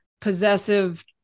possessive